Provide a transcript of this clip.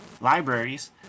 libraries